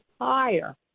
higher